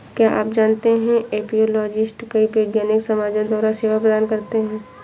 क्या आप जानते है एपियोलॉजिस्ट कई वैज्ञानिक समाजों द्वारा सेवा प्रदान करते हैं?